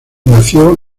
nació